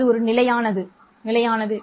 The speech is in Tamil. அது ஒரு நிலையானது